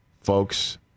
folks